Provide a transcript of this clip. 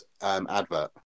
advert